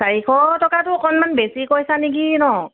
চাৰিশ টকাটো অকণমান বেছি কৈছা নেকি ন